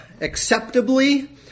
acceptably